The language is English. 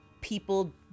people